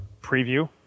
preview